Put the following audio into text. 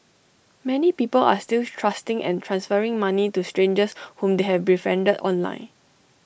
many people are still trusting and transferring money to strangers whom they have befriended online